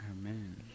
Amen